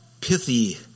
pithy